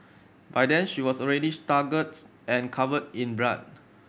by then she was already staggering and covered in blood